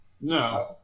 No